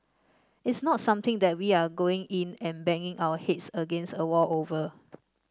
it's not something that we are going in and banging our heads against a wall over